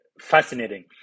fascinating